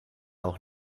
auch